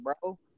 bro